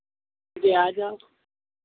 ठीक है आ जाओ